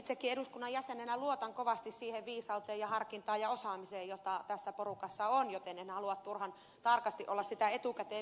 itsekin eduskunnan jäsenenä luotan kovasti siihen viisauteen ja harkintaan ja osaamiseen jota tässä porukassa on joten en halua turhan tarkasti olla sitä etukäteen viitoittamassa